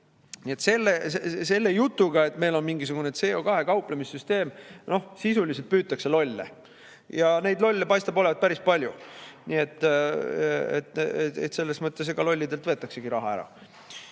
Nii et selle jutuga, et meil on mingisugune CO2-ga kauplemise süsteem, sisuliselt püütakse lolle. Ja neid lolle paistab olevat päris palju. Nii et selles mõttes: eks lollidelt võetaksegi raha ära.